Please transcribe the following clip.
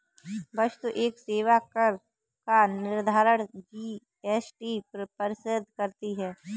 वस्तु एवं सेवा कर का निर्धारण जीएसटी परिषद करती है